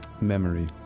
memory